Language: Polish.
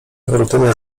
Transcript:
rutyna